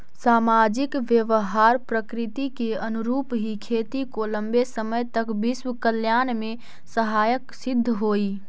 सामाजिक व्यवहार प्रकृति के अनुरूप ही खेती को लंबे समय तक विश्व कल्याण में सहायक सिद्ध होई